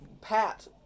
Pat